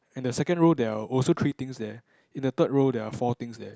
and the second row there are also three things there in the third row there are four things there